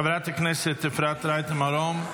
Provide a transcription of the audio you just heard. חברת הכנסת אפרת רייטן מרום,